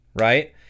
right